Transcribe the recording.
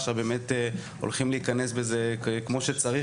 באמת הולכים להיכנס בזה כמו שצריך